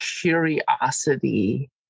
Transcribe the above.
curiosity